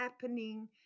happening